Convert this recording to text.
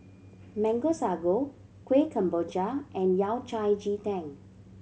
Mango Sago Kuih Kemboja and Yao Cai ji tang